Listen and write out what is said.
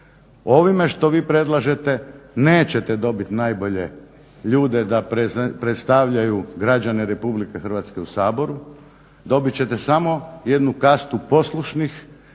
Ovime što vi predlažete nećete dobit najbolje ljude da predstavljaju građane Republike Hrvatske u Saboru, dobit ćete samo jednu kastu poslušnih